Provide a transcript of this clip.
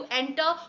enter